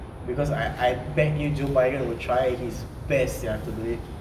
because I I bet you joe biden will try his best sia to do it